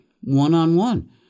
one-on-one